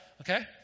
okay